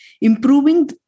improving